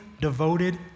devoted